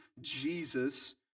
Jesus